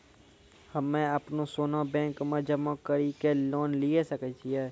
हम्मय अपनो सोना बैंक मे जमा कड़ी के लोन लिये सकय छियै?